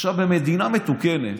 במדינה מתוקנת